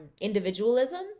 individualism